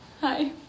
Hi